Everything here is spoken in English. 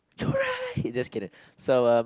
just kidding so um